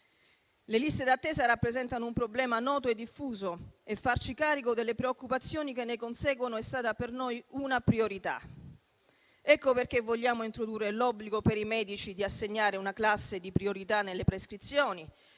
Le liste d'attesa rappresentano un problema noto e diffuso e farci carico delle preoccupazioni che ne conseguono è stata per noi una priorità. Ecco perché vogliamo introdurre l'obbligo per i medici di assegnare una classe di priorità nelle prescrizioni.